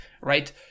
Right